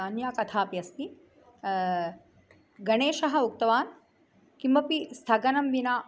अन्या कथापि अस्ति गणेशः उक्तवान् किमपि स्थगनं विना